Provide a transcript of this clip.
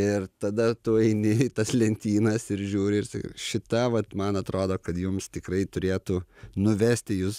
ir tada tu eini į tas lentynas ir žiūri ir sakai šita vat man atrodo kad jums tikrai turėtų nuvesti jus